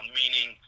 meaning